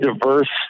diverse